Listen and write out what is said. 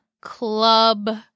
club